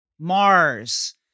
Mars